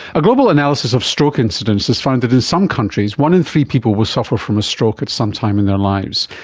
a global analysis of stroke incidents has found that in some countries one in three people will suffer from a stroke at some time in their lives.